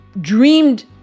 dreamed